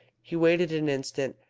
he waited an instant,